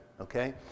Okay